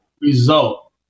result